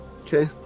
Okay